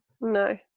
no